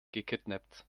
gekidnappt